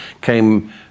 came